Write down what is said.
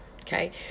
Okay